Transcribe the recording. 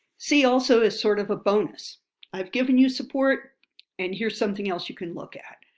see also is sort of a bonus i've given you support and here's something else you can look at.